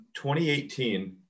2018